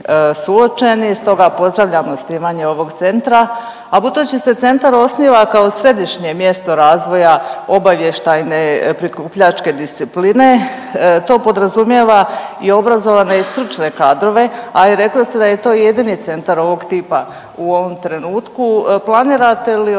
suočeni, stoga pozdravljam osnivanje ovog centra. A budući se centar osniva kao središnje mjesto razvoja obavještajne prikupljačke discipline to podrazumijeva i obrazovane i stručne kadrove, a i rekli ste da je to jedini centar ovog tipa u ovom trenutku, planirate li organizirati